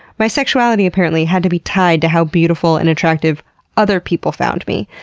my sexuality apparently had to be tied to how beautiful and attractive other people found me.